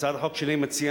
הצעת החוק שלי מציעה